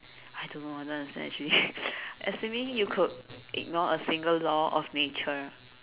I don't know I don't understand actually assuming you could ignore a single law of nature